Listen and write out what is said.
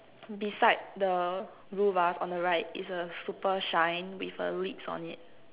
beside the blue vase on the right is a super shine with a lips on it